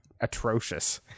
atrocious